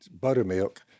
buttermilk